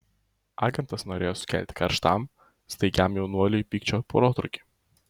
agentas norėjo sukelti karštam staigiam jaunuoliui pykčio protrūkį